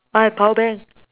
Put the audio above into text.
but I have power bank